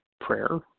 prayer